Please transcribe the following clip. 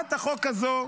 הצעת החוק הזו,